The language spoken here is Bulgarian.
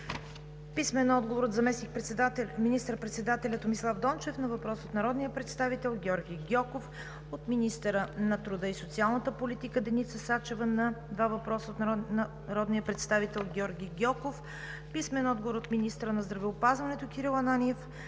Писмени отговори от: - заместник министър-председателя Томислав Дончев на въпрос от народния представител Георги Гьоков; - министъра на труда и социалната политика Деница Сачева на два въпроса от народния представител Георги Гьоков; - министъра на здравеопазването Кирил Ананиев